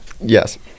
Yes